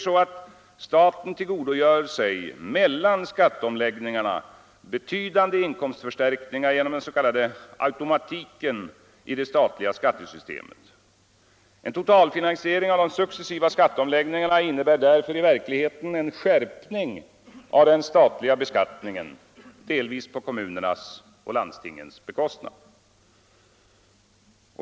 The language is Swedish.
Staten tillgodogör sig ju mellan skatteomläggningarna betydande inkomstförstärkningar genom den s.k. automatiken i det statliga skattesystemet. En totalfinansiering av de successiva skatteomläggningarna innebär därför i verkligheten en skärpning av den statliga beskattningen, delvis på kommunernas och landstingens bekostnad.